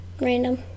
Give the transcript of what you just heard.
random